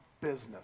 business